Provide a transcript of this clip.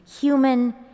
human